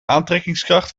aantrekkingskracht